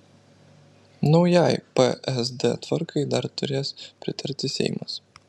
naujai psd tvarkai dar turės pritarti seimas